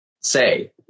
say